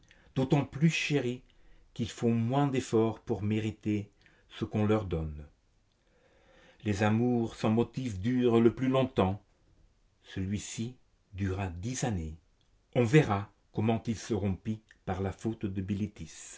d'autant plus chéris qu'ils font moins d'efforts pour mériter ce qu'on leur donne les amours sans motifs durent le plus longtemps celui-ci dura dix années on verra comment il se rompit par la faute de bilitis